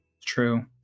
true